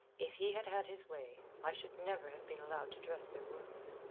if he had had his way, i should never have been allowed to dress their wounds.